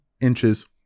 inches